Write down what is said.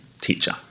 teacher